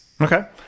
Okay